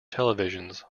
televisions